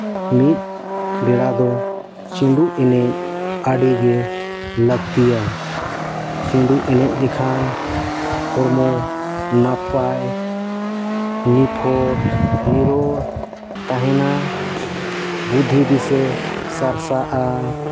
ᱢᱤᱫ ᱵᱮᱲᱟ ᱫᱚ ᱪᱷᱤᱸᱰᱩ ᱮᱱᱮᱡ ᱟᱹᱰᱤ ᱜᱮ ᱞᱟᱹᱠᱛᱤᱭᱟ ᱪᱷᱤᱸᱰᱩ ᱮᱱᱮᱡ ᱞᱮᱠᱷᱟᱱ ᱦᱚᱲᱢᱚ ᱱᱟᱯᱟᱭ ᱱᱤᱯᱷᱩᱴ ᱱᱤᱨᱳᱲ ᱛᱟᱦᱮᱱᱟ ᱵᱩᱫᱽᱫᱷᱤ ᱫᱤᱥᱟᱹ ᱥᱟᱨᱥᱟᱜᱼᱟ